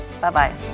Bye-bye